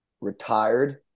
retired